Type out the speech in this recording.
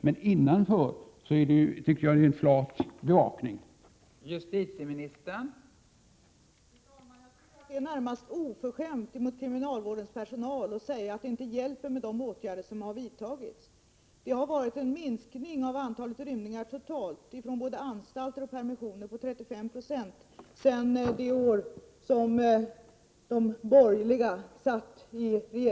Men innanför murarna är bevakningen flat.